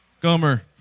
Gomer